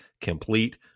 complete